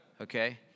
okay